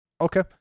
Okay